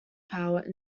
power